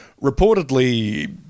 reportedly